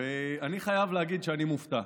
אני חייב להגיד שאני מופתע.